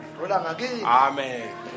Amen